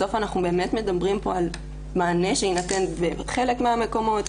בסוף אנחנו באמת מדברים פה על מענה שיינתן בחלק מהמקומות,